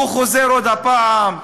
הוא חוזר עוד פעם,